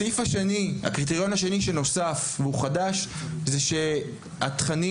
הקריטריון השני שנוסף והוא חדש זה שהתכנים